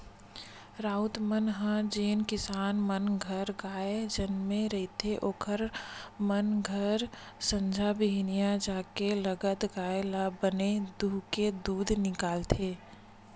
राउत मन ह जेन किसान मन घर गाय जनमे रहिथे ओखर मन घर संझा बिहनियां जाके लगत गाय ल बने दूहूँके दूद निकालथे